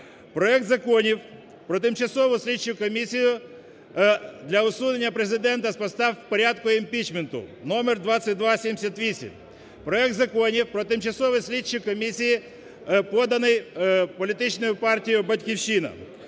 проект законів про тимчасову слідчу комісію для усунення Президента с поста в порядку імпічменту (номер 2278), проект законів про тимчасові слідчі комісії поданий політичною партією "Батьківщина",